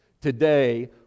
today